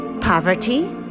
poverty